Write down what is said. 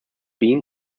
beam